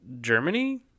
Germany